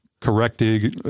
correcting